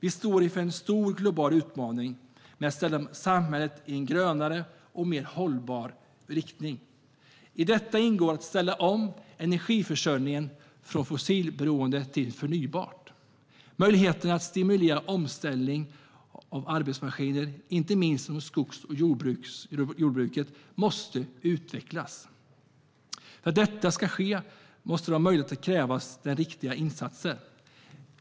Vi står inför en stor global utmaning när det gäller att ställa om samhället i en grönare och mer hållbar riktning. I detta ingår att ställa om energiförsörjningen från fossilberoende till förnybart. Möjligheterna att stimulera omställning av arbetsmaskiner, inte minst inom skogs och jordbruket, måste utvecklas. För att detta ska ske krävs det riktade insatser.